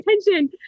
attention